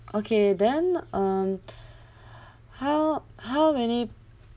okay then um how how many